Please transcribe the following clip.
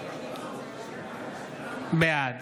בעד